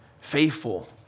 faithful